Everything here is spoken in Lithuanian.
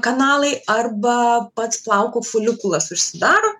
kanalai arba pats plauko folikulas užsidaro